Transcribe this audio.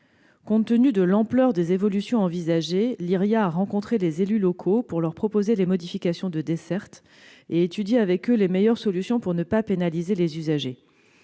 Compte tenu de l'ampleur des évolutions envisagées, Lyria a rencontré les élus locaux pour leur présenter les modifications de dessertes et étudier avec eux les meilleures solutions pour ne pas pénaliser les usagers.